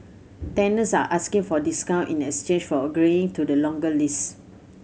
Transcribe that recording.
tenants are asking for discount in exchange for agreeing to the longer lease